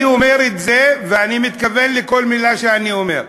אני אומר את זה, ואני מתכוון לכל מילה שאני אומר.